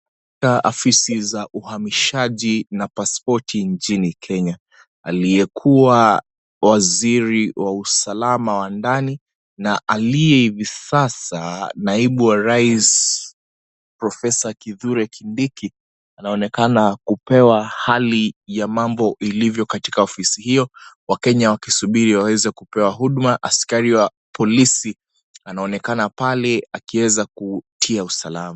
Afisi za uhamishaji na pasipoti nchini Kenya aliyekuwa waziri wa usalama wa ndani na aliye visasa naibu wa rais profesa Kithure Kindiki anaonekana kupewa hali ya mambo ilivyo katika ofisi hiyo wakenya wakisubiri ili waweze kupewa huduma askari wa polisi anaonekana pale akiweza kutia usalama.